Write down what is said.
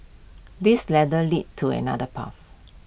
this ladder leads to another path